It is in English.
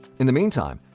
in the meantime,